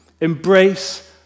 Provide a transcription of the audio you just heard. Embrace